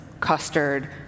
custard